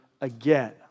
again